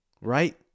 Right